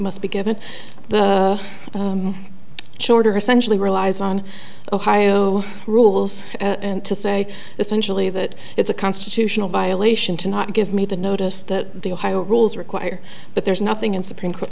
must be given the shorter essentially relies on ohio rules and to say essentially that it's a constitutional violation to not give me the notice that the ohio rules require but there's nothing in supreme court